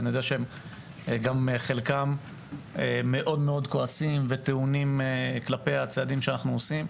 אני יודע שחלקם מאוד כועסים וטעונים כלפי הצעדים שאנחנו עושים.